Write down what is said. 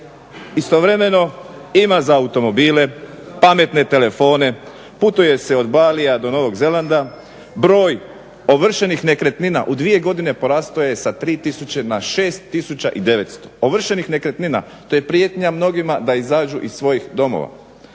Istovremeno ima za automobile, pametne telefone, putuje se od Balija do Novog Zelanda. Broj ovršenih nekretnina u 2 godine porastao je sa 3000 na 6900 ovršenih nekretnina. To je prijetnja mnogima da izađu iz svojih domova.